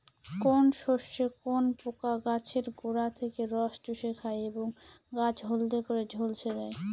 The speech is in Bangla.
কোন শস্যে কোন পোকা গাছের গোড়া থেকে রস চুষে খায় এবং গাছ হলদে করে ঝলসে দেয়?